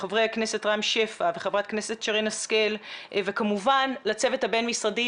לחה"כ רם שפע וחה"כ שרן השכל וכמובן לצוות הבין משרדי,